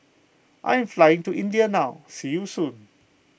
I'm flying to India now see you soon